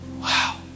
Wow